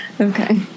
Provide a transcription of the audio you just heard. Okay